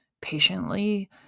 patiently